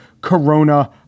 corona